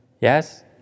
Yes